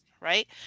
Right